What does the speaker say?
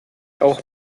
auch